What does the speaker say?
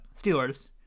Steelers